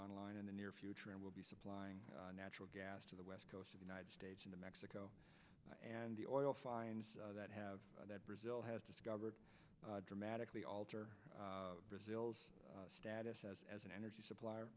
online in the near future and will be supplying natural gas to the west coast of the united states into mexico and the oil finds that have that brazil has discovered dramatically alter brazil's status as as an energy supplier